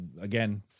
again